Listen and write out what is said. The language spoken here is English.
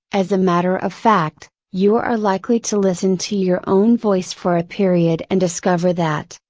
as a matter of fact, you are likely to listen to your own voice for a period and discover that,